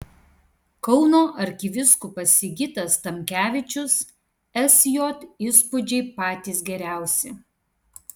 kauno arkivyskupas sigitas tamkevičius sj įspūdžiai patys geriausi